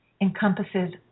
encompasses